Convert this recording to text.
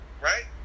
right